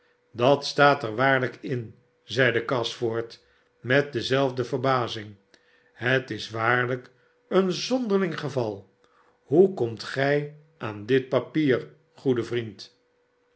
dat staat er waarlijk in zeide gashford metdezelfde verbazing het is waarlijk een zonderling geval hoe komt gij aan dit papier goede vriend